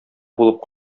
булып